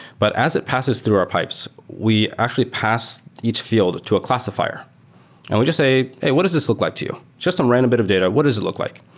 but as it passes through our pipes, we actually pass each field to a classifier and we just say, hey, what does this look like to you? just some random bit of data. what does it look like?